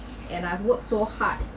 and I've worked so hard